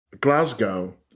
Glasgow